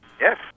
Yes